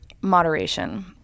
moderation